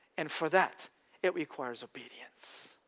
and for that it requires obedience.